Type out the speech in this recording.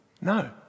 No